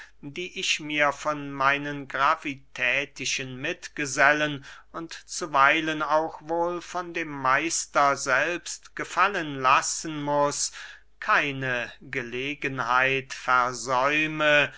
die ich mir von meinen gravitätischen mitgesellen und zuweilen auch wohl von dem meister selbst gefallen lassen muß keine gelegenheit versäume